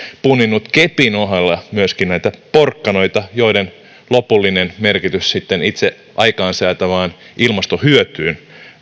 punninnut kepin ohella myöskin näitä porkkanoita joiden lopullinen merkitys sitten itse aikaansaatavaan ilmastohyötyyn